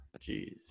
jeez